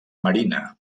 marina